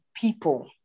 people